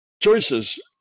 choices